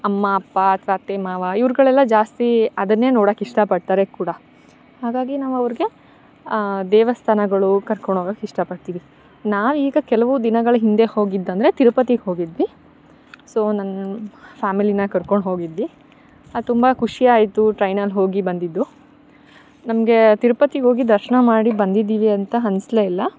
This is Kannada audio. ಅಮ್ಮ ಅಪ್ಪ ಅಥ್ವಾ ಅತ್ತೆ ಮಾವ ಇವರುಗಳೆಲ್ಲ ಜಾಸ್ತಿ ಅದನ್ನೇ ನೋಡೋಕ್ಕೆ ಇಷ್ಟ ಪಡ್ತಾರೆ ಕೂಡ ಹಾಗಾಗಿ ನಾವು ಅವರಿಗೆ ದೇವಸ್ಥಾನಗಳು ಕರ್ಕೊಂಡು ಹೋಗೋಕ್ಕೆ ಇಷ್ಟ ಪಡ್ತೀವಿ ನಾವೀಗ ಕೆಲವು ದಿನಗಳ ಹಿಂದೆ ಹೋಗಿದ್ದಂದ್ರೆ ತಿರಪತಿಗೆ ಹೋಗಿದ್ವಿ ಸೋ ನನ್ನ ಫ್ಯಾಮಿಲಿನ ಕರ್ಕೊಂಡು ಹೋಗಿದ್ವಿ ತುಂಬ ಖುಷಿ ಆಯ್ತು ಟ್ರೈನಲ್ಲಿ ಹೋಗಿ ಬಂದಿದ್ದು ನಮಗೆ ತಿರುಪತಿಗೆ ಹೋಗಿ ದರ್ಶನ ಮಾಡಿ ಬಂದಿದ್ದಿವಿ ಅಂತ ಅನಿಸ್ಲೇ ಇಲ್ಲ